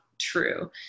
true